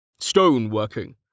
Stoneworking